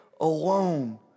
alone